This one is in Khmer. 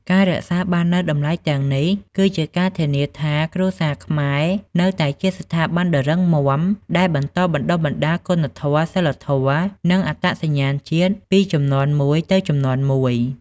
ការរក្សាបាននូវតម្លៃទាំងនេះ គឺជាការធានាថាគ្រួសារខ្មែរនៅតែជា ស្ថាប័នដ៏រឹងមាំ ដែលបន្តបណ្ដុះបណ្ដាលគុណធម៌ សីលធម៌ និងអត្តសញ្ញាណជាតិពីជំនាន់មួយទៅជំនាន់មួយ។